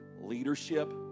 leadership